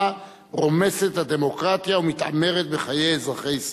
רומסת את הדמוקרטיה ומתעמרת בחיי אזרחי ישראל.